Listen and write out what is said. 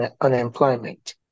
unemployment